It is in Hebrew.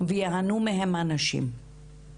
ויהנו מהם הנשים.